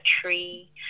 tree